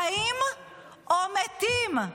חיים או מתים.